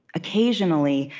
occasionally,